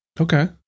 Okay